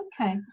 Okay